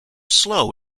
slow